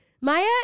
Maya